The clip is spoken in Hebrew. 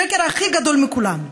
השקר הכי גדול מכולם,